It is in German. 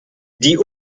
die